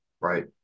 Right